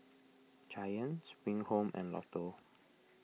Giant Spring Home and Lotto